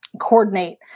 coordinate